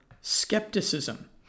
skepticism